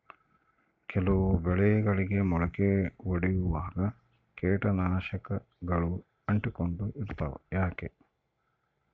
ಕೆಲವು ಬೆಳೆಗಳಿಗೆ ಮೊಳಕೆ ಒಡಿಯುವಾಗ ಕೇಟನಾಶಕಗಳು ಅಂಟಿಕೊಂಡು ಇರ್ತವ ಯಾಕೆ?